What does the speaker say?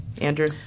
Andrew